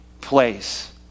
place